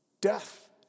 Death